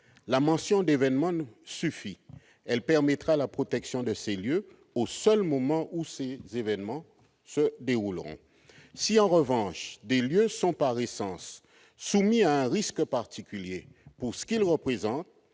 la mention d'événements ne suffit elle permettra la protection de ces lieux au seul moment où c'est les événements se dérouleront si en revanche des lieux sont par essence, soumis à un risque particulier pour ce qu'il représente,